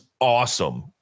Awesome